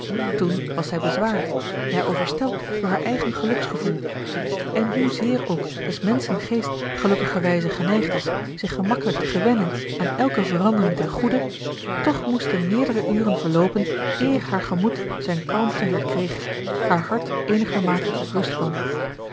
toen was zij bezwaard ja overstelpt door haar eigen geluksgevoel en hoezeer ook des menschen geest gelukkigerwijze geneigd is zich gemakkelijk te gewennen aan elke verandering ten goede toch moesten meerdere uren verloopen eer haar gemoed zijne kalmte herkreeg haar hart eenigermate tot rust kwam